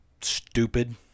stupid